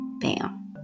Bam